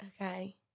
Okay